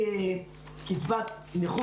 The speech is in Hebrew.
איך מגדירים את זה כתאונת עבודה?